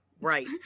Right